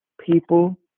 people